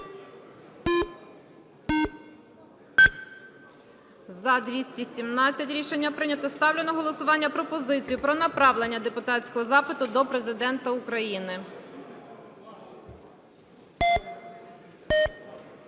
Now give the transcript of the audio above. За-217 Рішення прийнято. Ставлю на голосування пропозицію про направлення депутатського запиту до Президента України.